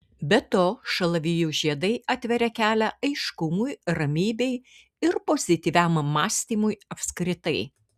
be to šalavijų žiedai atveria kelią aiškumui ramybei ir pozityviam mąstymui apskritai